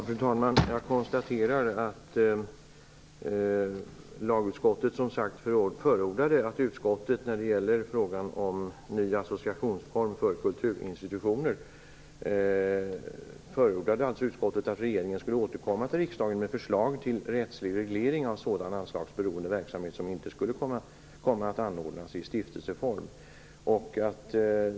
Fru talman! Jag konstaterar i frågan om ny associationsform för kulturinstitutioner att lagutskottet, som jag sagt, förordar att regeringen skall återkomma till riksdagen med förslag till rättslig reglering av sådan anslagsberoende verksamhet som inte anordnas i stiftelseform.